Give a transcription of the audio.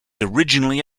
originally